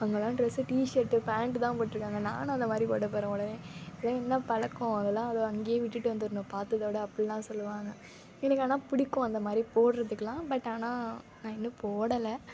அங்கெல்லாம் dress T shirt pant தான் போட்டிருக்காங்க நானும் அந்த மாதிரி போட போகிறேன் உடனே இதெலாம் என்ன பழக்கம் இதெல்லாம் அங்கையே விட்டுவிட்டு வந்துடணும் பார்த்ததோட அப்படிலாம் சொல்லுவாங்க எனக்கு ஆனால் பிடிக்கும் அந்த மாதிரி போடுறதுக்குலாம் பட் ஆனால் நான் இன்னும் போடலை